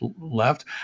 left